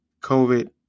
COVID